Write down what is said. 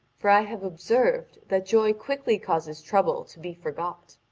for i have observed that joy quickly causes trouble to be forgot.